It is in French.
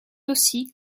aussi